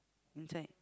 inside